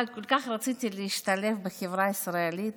אבל כל כך רציתי להשתלב בחברה הישראלית,